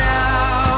now